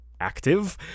active